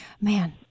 Man